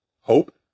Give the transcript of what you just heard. hope